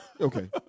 Okay